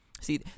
See